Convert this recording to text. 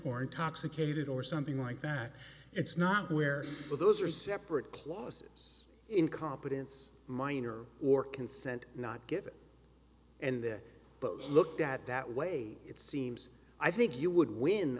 or intoxicated or something like that it's not where those are separate clauses in competence minor or consent not get it and looked at that way it seems i think you would win